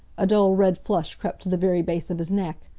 a dull red flush crept to the very base of his neck.